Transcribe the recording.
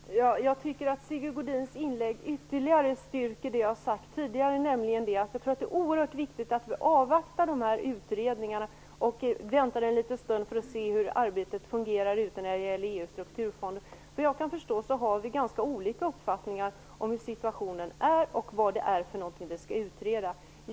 Fru talman! Jag tycker att Sigge Godins inlägg ytterligare styrker det jag har sagt tidigare, nämligen att det är oerhört viktigt att vi avvaktar de här utredningarna, att vi väntar och ser hur arbetet fungerar ute när det gäller EU:s strukturfonder. Vad jag kan förstå har vi ganska olika uppfattningar om hur situationen är och vad det är vi skall utreda.